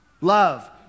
Love